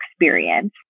experience